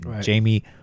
Jamie